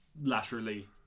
laterally